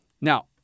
Now